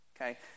Okay